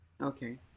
Okay